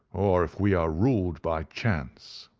or if we are ruled by chance